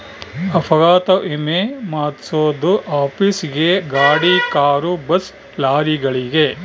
ಅಪಘಾತ ವಿಮೆ ಮಾದ್ಸೊದು ಆಫೀಸ್ ಗೇ ಗಾಡಿ ಕಾರು ಬಸ್ ಲಾರಿಗಳಿಗೆ